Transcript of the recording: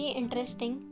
interesting